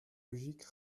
logique